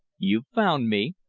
you've found me,